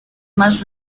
más